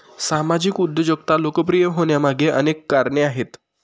सामाजिक उद्योजकता लोकप्रिय होण्यामागे अनेक कारणे आहेत